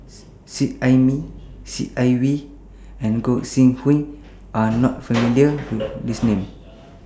Seet Ai Mee Seet Ai Mee and Gog Sing Hooi Are YOU not familiar with These Names